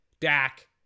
Dak